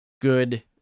good